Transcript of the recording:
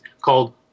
called